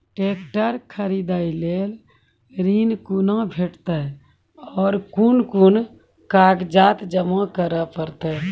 Tractor खरीदै लेल ऋण कुना भेंटते और कुन कुन कागजात जमा करै परतै?